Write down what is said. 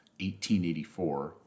1884